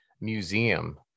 museum